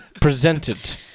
presented